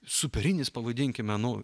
superinis pavadinkime nu